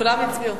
כולם הצביעו.